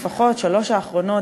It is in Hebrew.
שלוש השנים האחרונות,